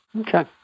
Okay